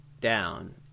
down